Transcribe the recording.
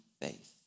faith